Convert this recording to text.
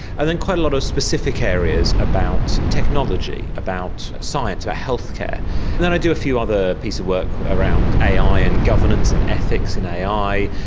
and then quite a lot of specific areas about technology, about science, about healthcare. and then i do a few other pieces of work around ai and governance and ethics in ai.